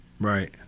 Right